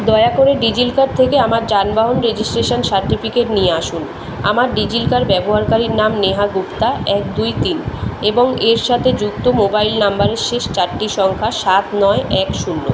দয়া করে ডিজিলকার থেকে আমার যানবাহন রেজিস্ট্রেশন সার্টিফিকেট নিয়ে আসুন আমার ডিজিলকার ব্যবহারকারীর নাম নেহা গুপ্ত এক দুই তিন এবং এর সাথে যুক্ত মোবাইল নম্বরের শেষ চারটি সংখ্যা সাত নয় এক শূন্য